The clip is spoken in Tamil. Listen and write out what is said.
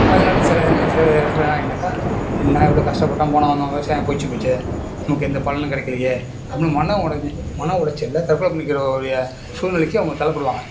அதனால சில சில இடத்துலலாம் என்ன ஆகிடுனாக்கா என்ன இவ்வளோ கஷ்டப்பட்டோம் போனோம் வந்தோம் விவசாயம் புழித்து போயிட்டு நமக்கு எந்த பலனும் கிடக்கிலையே அப்படின்னு மனவுளை மனவுளச்சல்ல தற்கொலை பண்ணிக்கிற கூடிய சூல்நிலைக்கி அவங்க தள்ள படுவாங்க